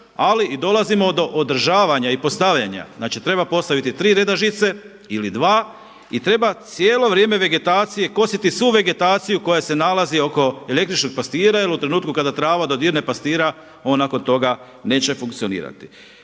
ali dolazimo i do održavanja i postavljanja. Znači treba postaviti tri reda žice ili dva i treba cijelo vrijeme vegetacije kositi svu vegetaciju koja se nalazi oko električnog pastira jer u trenutku kada trava dodirne pastira on nakon toga neće funkcionirati.